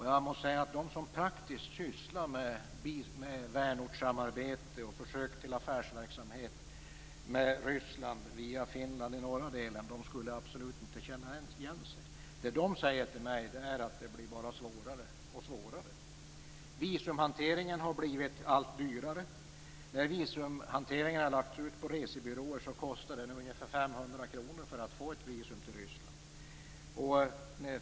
Jag måste säga att de som praktiskt sysslar med vänortssamarbete och försök till affärsverksamhet med Ryssland via norra Finland absolut inte skulle känna igen sig. Vad de säger till mig är att det bara blir svårare och svårare. Visumhanteringen har blivit allt dyrare. När visumhanteringen nu har lagts ut på resebyråer kostar det ungefär 500 kr att få ett visum till Ryssland.